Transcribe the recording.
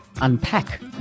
unpack